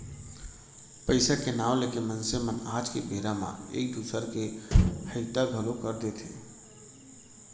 पइसा के नांव लेके मनसे मन आज के बेरा म एक दूसर के हइता घलौ कर देथे